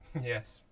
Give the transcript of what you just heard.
Yes